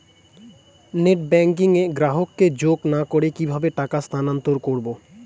Net banking এ গ্রাহককে যোগ না করে কিভাবে টাকা স্থানান্তর করব?